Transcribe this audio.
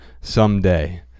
someday